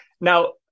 Now